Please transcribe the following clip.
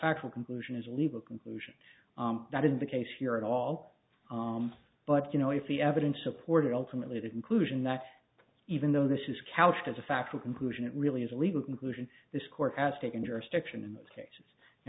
factual conclusion is a legal conclusion that is the case here and all but you know if the evidence supported ultimately that inclusion that even though this is couched as a fact or conclusion it really is a legal conclusion this court has taken jurisdiction in most cases you